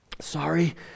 sorry